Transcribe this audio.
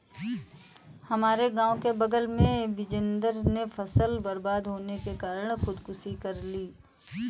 हमारे गांव के बगल में बिजेंदर ने फसल बर्बाद होने के कारण खुदकुशी कर ली